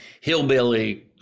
hillbilly